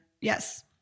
yes